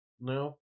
No